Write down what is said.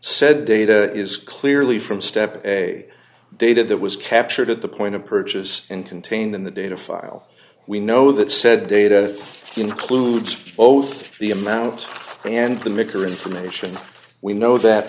said data is clearly from step a data that was captured at the point of purchase and contained in the data file we know that said data includes both the amounts and the maker information we know that